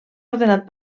ordenat